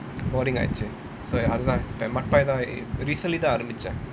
boring ஆய்டுச்சு:ayduchu so mudpie recently தான் ஆரம்பிச்சேன்:thaan arambichaen